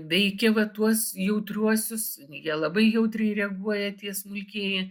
veikia va tuos jautriuosius jie labai jautriai reaguoja tie smulkieji